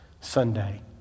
Sunday